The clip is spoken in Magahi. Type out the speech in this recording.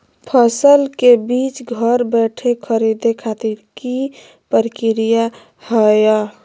फसल के बीज घर बैठे खरीदे खातिर की प्रक्रिया हय?